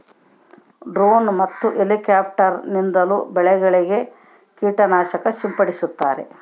drone ಮತ್ತು helicopter ನಿಂದಲೂ ಬೆಳೆಗಳಿಗೆ ಕೀಟ ನಾಶಕ ಸಿಂಪಡಿಸ್ತಾರ